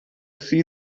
see